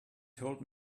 told